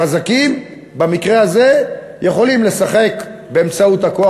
החזקים במקרה הזה יכולים לשחק באמצעות הכוח